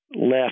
left